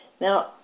Now